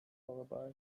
alibi